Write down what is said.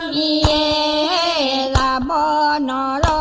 a ma and